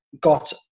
got